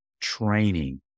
training